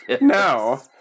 No